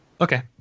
Okay